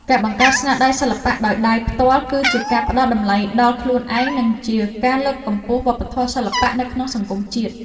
ការបង្កើតស្នាដៃសិល្បៈដោយដៃផ្ទាល់គឺជាការផ្ដល់តម្លៃដល់ខ្លួនឯង និង ជាការលើកកម្ពស់វប្បធម៌សិល្បៈនៅក្នុងសង្គមជាតិ។